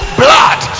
blood